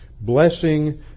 blessing